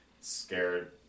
scared